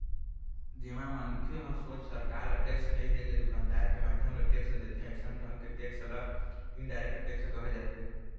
जेमा मनखे ह सोझ सरकार ल टेक्स नई देके दुकानदार के माध्यम ले टेक्स देथे अइसन ढंग के टेक्स ल इनडायरेक्ट टेक्स केहे जाथे